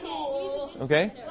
Okay